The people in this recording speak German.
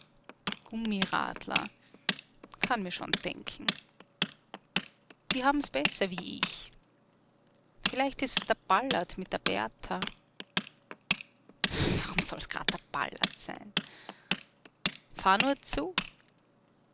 gummiradler kann mir schon denken die haben's besser wie ich vielleicht ist es der ballert mit der bertha warum soll's grad der ballert sein fahr nur zu